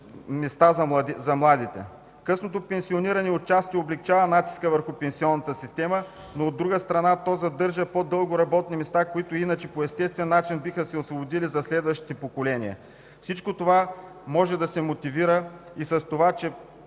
места за младите. Късното пенсиониране отчасти облекчава натиска върху пенсионната система, но, от друга страна, то задържа по-дълго работни места, които иначе по естествен начин биха се освободили за следващите поколения. Всичко това може да се мотивира и с това, че